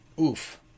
oof